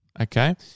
Okay